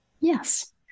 Yes